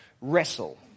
wrestle